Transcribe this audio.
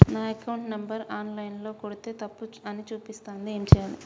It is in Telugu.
నా అకౌంట్ నంబర్ ఆన్ లైన్ ల కొడ్తే తప్పు అని చూపిస్తాంది ఏం చేయాలి?